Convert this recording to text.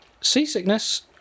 Seasickness